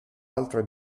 altre